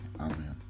Amen